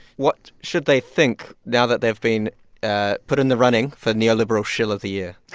what should they think now that they've been ah put in the running for neoliberal shill of the year?